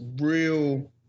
real